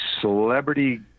celebrity